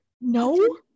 No